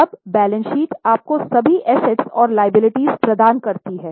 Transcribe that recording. अब balance sheet आपको सभी एसेट्स और लिएबिलिटीज़ प्रदान करती है